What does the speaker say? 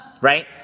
right